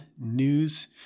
News